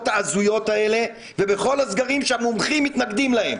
ההזויות האלה ובכל הסגרים שהמומחים מתנגדים להם.